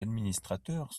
administrateurs